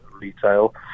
retail